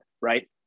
right